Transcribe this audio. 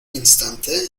instante